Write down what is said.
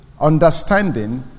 understanding